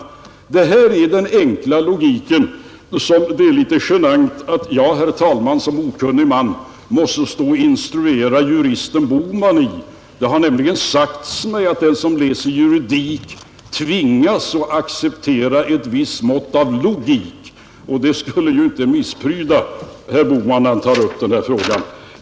Det är den enkla logik som det är litet genant, herr talman, att jag såsom okunnig man måste stå och instruera juristen Bohman om. Det har nämligen sagts mig att den som läser juridik tvingas acceptera ett visst mått av logik, och det skulle inte misspryda herr Bohman när han tar upp den här frågan.